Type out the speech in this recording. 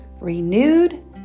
renewed